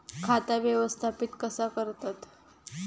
खाता व्यवस्थापित कसा करतत?